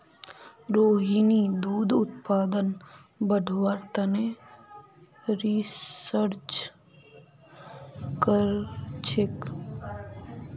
रोहिणी दूध उत्पादन बढ़व्वार तने रिसर्च करछेक